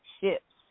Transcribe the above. ships